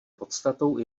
podstatou